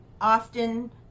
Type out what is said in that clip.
often